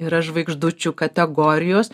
yra žvaigždučių kategorijos